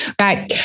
Right